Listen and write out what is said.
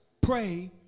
Pray